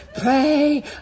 pray